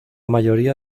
mayoría